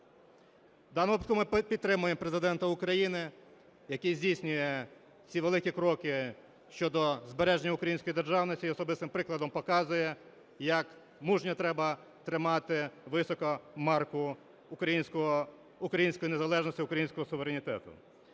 даному випадку ми підтримуємо Президента України, який здійснює ці великі кроки щодо збереження української державності і особистим прикладом показує, як мужньо треба тримати високо марку української незалежності, українського суверенітету.